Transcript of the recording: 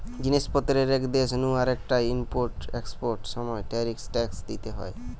জিনিস পত্রের এক দেশ নু আরেকটায় ইম্পোর্ট এক্সপোর্টার সময় ট্যারিফ ট্যাক্স দিইতে হয়